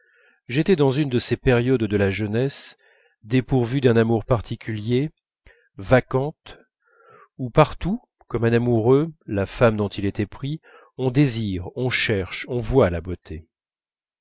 j'étais dans une de ces périodes de la jeunesse dépourvues d'un amour particulier vacantes où partout comme un amoureux la femme dont il est épris on désire on cherche on voit la beauté